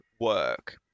work